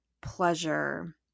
pleasure